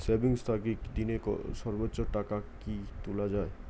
Savings থাকি দিনে সর্বোচ্চ টাকা কি তুলা য়ায়?